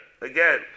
Again